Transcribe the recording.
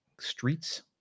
streets